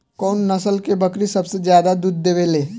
कउन नस्ल के बकरी सबसे ज्यादा दूध देवे लें?